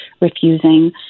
refusing